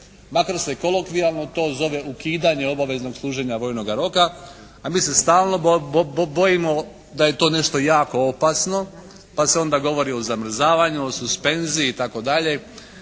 makar se kolokvijalno to zove ukidanje obaveznog služenja vojnoga roka. A mi se stalno bojimo da je to nešto jako opasno pa se onda govori o zamrzavanju, o suspenziji i tako dalje.